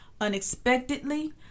unexpectedly